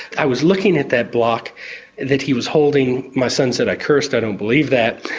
i was looking at that block that he was holding. my son said i cursed, i don't believe that.